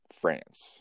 France